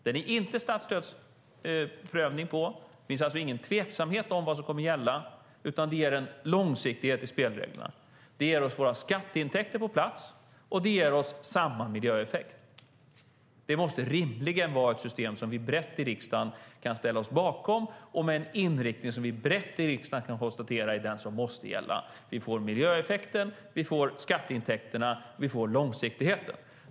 Den har ingen statsstödsprövning. Det finns alltså ingen tveksamhet om vad som kommer att gälla, och det ger en långsiktighet i spelreglerna. Den ger oss våra skatteintäkter på plats, och den ger oss samma miljöeffekt. Det måste rimligen vara ett system som vi brett i riksdagen kan ställa oss bakom och med en inriktning som vi brett i riksdagen kan konstatera är den som måste gälla. Vi får miljöeffekten, vi får skatteintäkterna och vi får långsiktigheten.